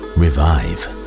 revive